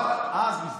אבל אז, בזמנו,